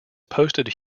posted